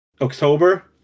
October